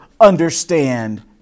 understand